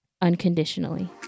unconditionally